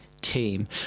Team